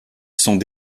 sont